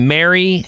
Mary